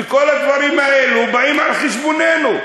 וכל הדברים האלה באים על חשבוננו.